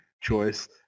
choice